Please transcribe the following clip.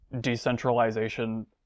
decentralization